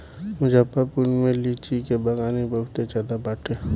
मुजफ्फरपुर में लीची के बगानी बहुते ज्यादे बाटे